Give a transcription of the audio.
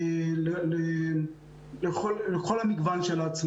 הקבוצה השנייה זה כל המגוון של העצמאים.